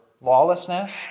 lawlessness